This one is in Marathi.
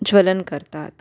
ज्वलन करतात